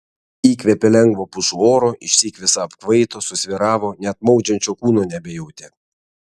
įkvėpė lengvo pušų oro išsyk visa apkvaito susvyravo net maudžiančio kūno nebejautė